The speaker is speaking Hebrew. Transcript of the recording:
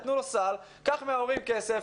נתנו לו סל: קח מההורים כסף,